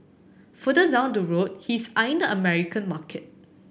further down the road he is eyeing the American market